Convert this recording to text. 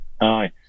Aye